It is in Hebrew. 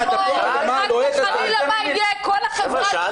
התפוח אדמה הלוהט הזה --- לא צריך